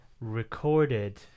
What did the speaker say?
recorded